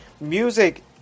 music